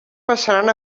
passaran